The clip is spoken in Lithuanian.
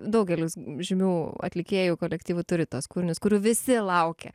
daugelis žymių atlikėjų kolektyvų turi tuos kūrinius kurių visi laukia